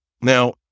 Now